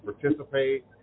participate